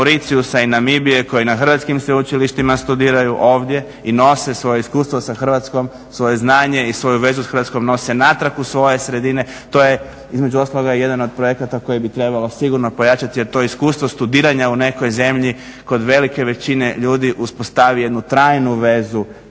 i Namibije koji na hrvatskim sveučilištima studiraju ovdje i nose svoje iskustvo sa Hrvatskom, svoje znanje i svoju vezu s Hrvatskom nose natrag u svoje sredine. To je između ostalog jedan od projekata koji bi trebalo sigurno pojačati jer to iskustvo studiranja u nekoj zemlji kod velike većine ljudi uspostavi jednu trajnu vezu